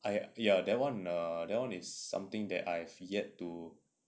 ah ya that one that one is something that I've yet to